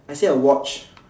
I's say a watch